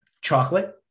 chocolate